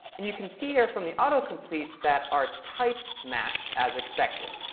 and you can see here from the autocomplete that our types match, as expected.